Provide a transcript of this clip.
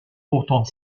pourtant